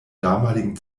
damaligen